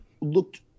looked